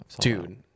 Dude